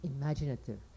imaginative